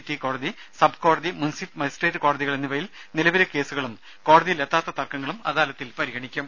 T കോടതി sub കോടതി മുൻസിഫ് മജിസ്ട്രേറ്റ് കോടതികൾ എന്നിവയിൽ നിലവിലെ കേസുകളും കോടതിയിൽ എത്താത്ത തർക്കങ്ങളും അദാലത്തിൽ പരിഗണിക്കും